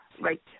Right